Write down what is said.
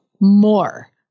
more